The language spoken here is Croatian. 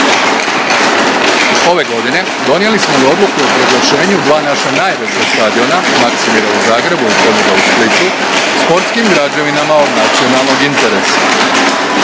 Ove godine donijeli smo i odluku o proglašenju naša dva najveća stadiona, Maksimira u Zagrebu i Poljuda u Splitu sportskim građevinama od nacionalnog interesa.